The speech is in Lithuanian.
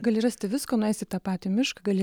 gali rasti visko nuėjęs į tą patį mišką gali